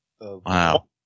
Wow